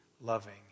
loving